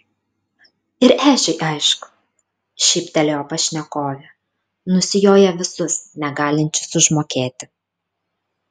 ir ežiui aišku šyptelėjo pašnekovė nusijoja visus negalinčius užmokėti